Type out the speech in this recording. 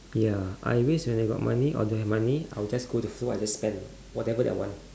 ya I waste when I got money or don't have money I will just go to school I just spend whatever that I want